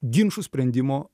ginčų sprendimo